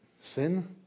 sin